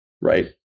right